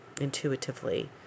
intuitively